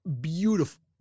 beautiful